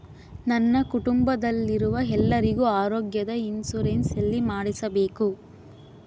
ನನ್ನ ಕುಟುಂಬದಲ್ಲಿರುವ ಎಲ್ಲರಿಗೂ ಆರೋಗ್ಯದ ಇನ್ಶೂರೆನ್ಸ್ ಎಲ್ಲಿ ಮಾಡಿಸಬೇಕು?